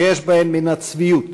שיש בהן מן הצביעות,